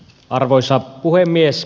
arvoisa puhemies